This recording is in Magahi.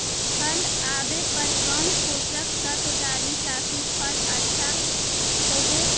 फल आबे पर कौन पोषक तत्ब डाली ताकि फल आछा होबे?